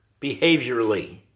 behaviorally